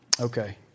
Okay